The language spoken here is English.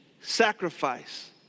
sacrifice